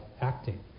acting